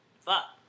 Fuck